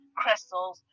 crystals